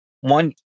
one